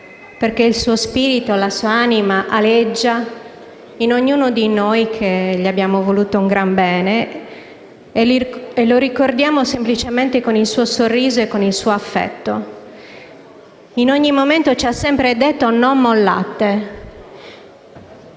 perché il suo spirito aleggia in ognuno di noi, che gli abbiamo voluto un gran bene e lo ricordiamo semplicemente con il suo sorriso e il suo affetto. In ogni momento ci ha sempre detto: non mollate.